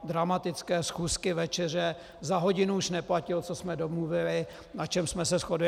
Dramatické schůzky, večeře, za hodinu už neplatilo, co jsme domluvili, na čem jsme se shodli.